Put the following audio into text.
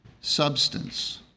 Substance